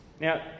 Now